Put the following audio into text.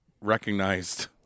recognized